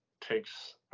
takes